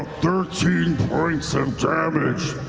thirteen points of damage,